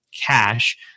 cash